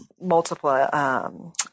multiple